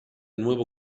nuevo